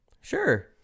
Sure